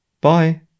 Bye